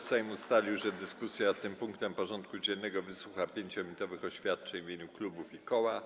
Sejm ustalił, że w dyskusji nad tym punktem porządku dziennego wysłucha 5-minutowych oświadczeń w imieniu klubów i koła.